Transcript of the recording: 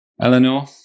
Eleanor